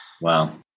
Wow